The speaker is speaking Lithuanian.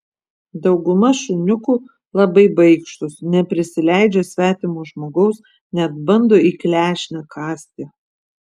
dauguma šuniukų labai baikštūs neprisileidžia svetimo žmogaus net bando į klešnę kąsti